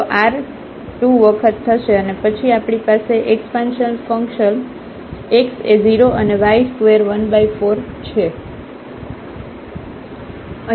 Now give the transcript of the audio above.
તો r 2 વખત થશે અને પછી આપણી પાસે એક્સપંશનલ ફંક્શન x છે 0 અને y2 14 છે